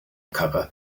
cover